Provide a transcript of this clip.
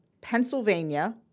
Pennsylvania